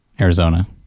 arizona